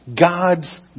God's